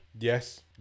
Yes